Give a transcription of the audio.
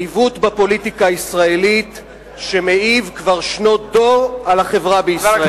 בפוליטיקה הישראלית שמעיב כבר שנות דור על החברה בישראל.